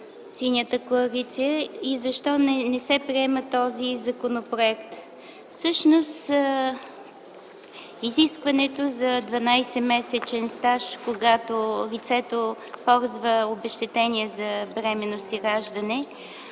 Синята коалиция, и защо не се приема този законопроект. Всъщност изискването за 12-месечен стаж, когато лицето ползва обезщетение за бременност и раждане,